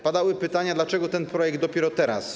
Padały pytania, dlaczego ten projekt jest dopiero teraz.